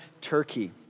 Turkey